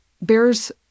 bears